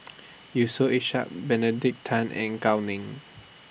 Yusof Ishak Benedict Tan and Gao Ning